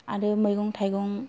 आरो मैगं थाइगं